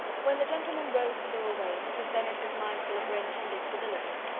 when the gentlemen rose to go away, mrs. bennet was mindful of her intended civility,